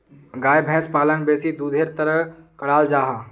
गाय भैंस पालन बेसी दुधेर तंर कराल जाहा